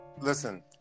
listen